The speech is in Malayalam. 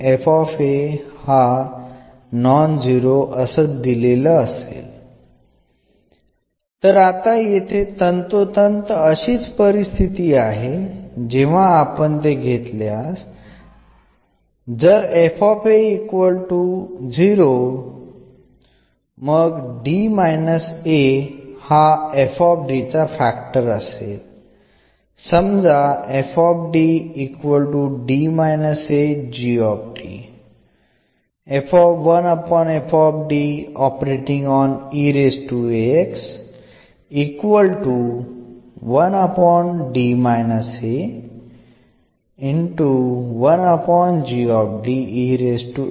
എങ്കിൽ നമുക്ക് കൊണ്ട് വിഭജിക്കുമ്പോൾ എന്ന് ലഭിക്കുന്നു എന്നാണെങ്കിൽ എന്നത് യുടെ ഒരു ഘടകം ആയിരിക്കും